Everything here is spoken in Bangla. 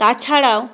তাছাড়াও